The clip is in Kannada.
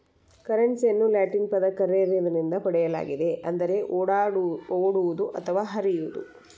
ಕರೆನ್ಸಿಯನ್ನು ಲ್ಯಾಟಿನ್ ಪದ ಕರ್ರೆರೆ ನಿಂದ ಪಡೆಯಲಾಗಿದೆ ಅಂದರೆ ಓಡುವುದು ಅಥವಾ ಹರಿಯುವುದು